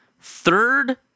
third